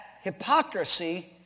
hypocrisy